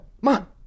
mom